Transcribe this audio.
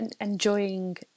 enjoying